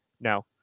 No